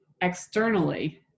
externally